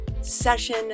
session